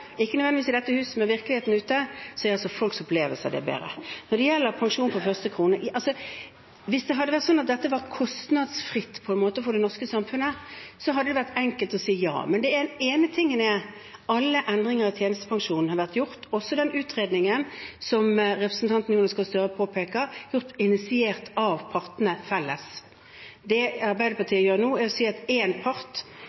ikke nødvendigvis i dette hus, men virkeligheten ute – er altså folks opplevelse at det er bedre. Når det gjelder pensjon fra første krone: Hvis det hadde vært slik at dette på en måte var kostnadsfritt for det norske samfunnet, hadde det vært enkelt å si ja. Den ene tingen er at alle endringer i tjenestepensjonen som har vært gjort – også den utredningen som representanten Jonas Gahr Støre påpeker – har vært initiert av partene felles. Det Arbeiderpartiet